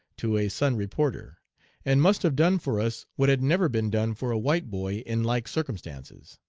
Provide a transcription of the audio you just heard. to a sun reporter and must have done for us what had never been done for a white boy in like circumstances